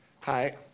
Hi